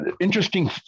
interesting